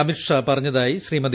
അമിത്ഷാ പറഞ്ഞതായി ശ്രീമതി